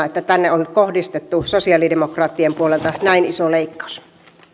että tänne on nyt kohdistettu sosialidemokraattien puolelta näin iso leikkaus nyt